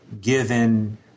given